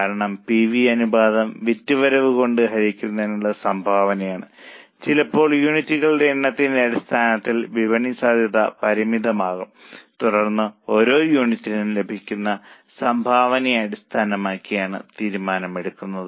കാരണം പിവി അനുപാതം വിറ്റുവരവ് കൊണ്ട് ഹരിച്ചുള്ള സംഭാവനയാണ് ചിലപ്പോൾ യൂണിറ്റുകളുടെ എണ്ണത്തിന്റെ അടിസ്ഥാനത്തിൽ വിപണി സാധ്യത പരിമിതമാകും തുടർന്ന് ഓരോ യൂണിറ്റിനും ലഭിക്കുന്ന സംഭാവനയെ അടിസ്ഥാനമാക്കിയാണ് തീരുമാനം എടുക്കുന്നത്